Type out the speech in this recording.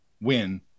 win